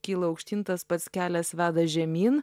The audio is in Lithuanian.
kyla aukštyn tas pats kelias veda žemyn